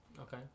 Okay